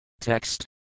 Text